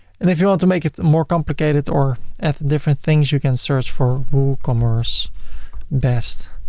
and if you want to make it more complicated or add different things you can search for woocommerce best